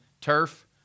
turf